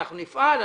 אתם תפעלו,